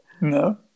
no